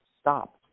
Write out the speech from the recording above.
stop